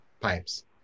pipes